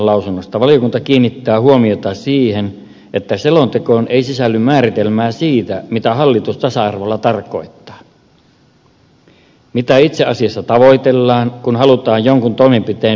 valiokunta kiinnittää huomiota siihen että selontekoon ei sisälly määritelmää siitä mitä hallitus tasa arvolla tarkoittaa mitä itse asiassa tavoitellaan kun halutaan jonkun toimenpiteen lisäävän tasa arvoa